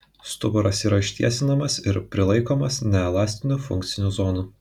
stuburas yra ištiesinamas ir prilaikomas neelastinių funkcinių zonų